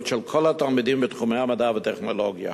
של כל התלמידים בתחומי המדע והטכנולוגיה,